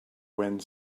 wind